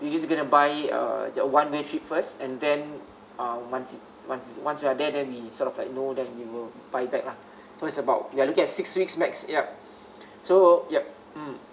we're just going to buy uh one way trip first and then uh once it once it's once we're there then we sort of like know then we'll buy back lah so it's about we're looking at six weeks max so yup mm